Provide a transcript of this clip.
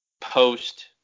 post